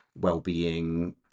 well-being